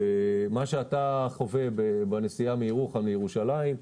מה שאתה חווה בנסיעה מירוחם לירושלים,